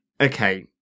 okay